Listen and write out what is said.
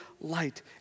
light